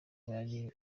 bari